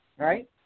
right